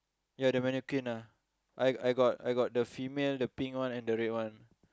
ya the mannequin ah I I got I got the female the pink one and the red one